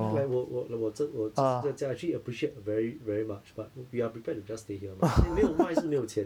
look like 我我了我这我这次在家 actually appreciate very very much but we we are prepared to just stay here mah 所以没有卖是没有钱